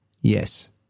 Yes